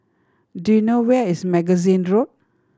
do you know where is Magazine Road